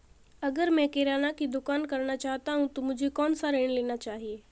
अगर मैं किराना की दुकान करना चाहता हूं तो मुझे कौनसा ऋण लेना चाहिए?